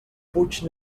fuig